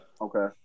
Okay